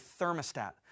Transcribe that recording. thermostat